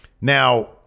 now